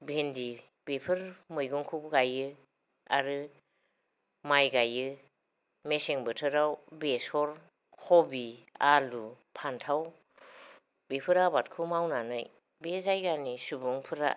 भेनदि बेफोर मैगंखौ गायो आरो माइ गायो मेसें बोथोराव बेसर खबि आलु फान्थाव बेफोर आबादखौ मावनानै बे जायगानि सुबुंफोरा